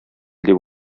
дип